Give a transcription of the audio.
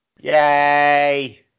Yay